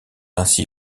ainsi